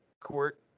court